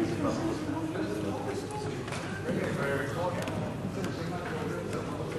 ההסתייגות לחלופין (1) של קבוצת סיעת מרצ,